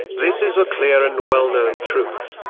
this is a clear and well-known truth.